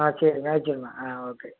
ஆ சரிங்க வச்சுருங்க ஆ ஓகே